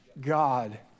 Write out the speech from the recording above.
God